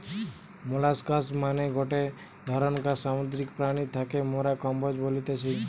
molluscs মানে গটে ধরণকার সামুদ্রিক প্রাণী যাকে মোরা কম্বোজ বলতেছি